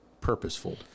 purposeful